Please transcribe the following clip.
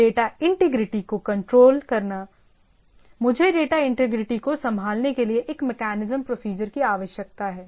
data integrity को control करना मुझे डेटा इंटीग्रिटी को संभालने के लिए एक मेकैनिज्म प्रोसीजर की आवश्यकता है